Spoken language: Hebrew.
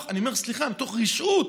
אני אומר, סליחה, מתוך רשעות,